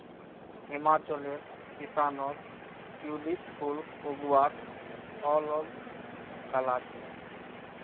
हिमाचलेर किसानत ट्यूलिप फूल उगव्वार अल ग कला छेक